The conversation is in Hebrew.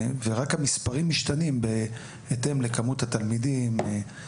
ורק המספרים משתנים בהתאם לכמות התלמידים/ימים,